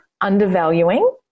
Undervaluing